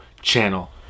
channel